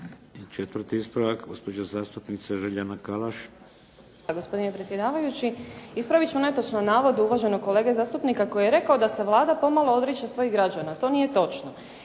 Četvrti ispravak, gospođa zastupnica Željana Kalaš.